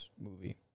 movie